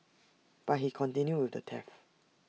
but he continued with the theft